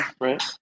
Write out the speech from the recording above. right